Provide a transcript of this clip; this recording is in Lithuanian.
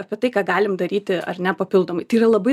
apie tai ką galim daryti ar ne papildomai tai yra labai